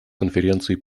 конференции